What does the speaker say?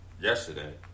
yesterday